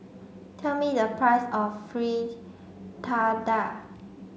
tell me the price of Fritada